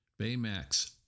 Baymax